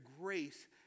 grace